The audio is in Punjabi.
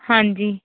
ਹਾਂਜੀ